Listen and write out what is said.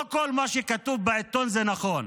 לא כל מה שכתוב בעיתון זה נכון.